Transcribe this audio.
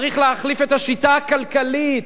צריך להחליף את השיטה הכלכלית,